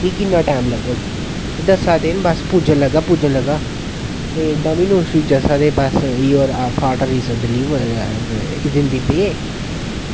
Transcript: की किन्ना टैम लग्ग एह् आक्खन लग्गे बस पुज्जा बस पुज्जा डोमिनोज़ पिज्जा आस्तै सडनली आए डिब्बे